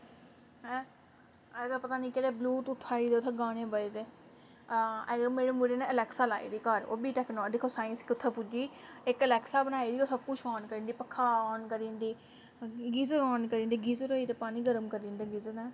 ऐं अज्जकल पता नेईं केह्डे़ ब्लूटूथ आई गेदे गाने बजदे आं अज्जकल मेरे मुडे ने एलेक्सा लाई दी घर ओह् बी टेक्नोलाॅजी दिक्खो साइंस कु'त्थें पुज्जी इक एलेक्सा बनाई दी ओह् सब कुछ ऑन करी दिंदी पक्खा ऑन करी दिंदी गीजर ऑन करी दिंदी गीजर होई ते पानी गर्म करी दिंदे गीजर